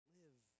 live